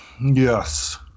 Yes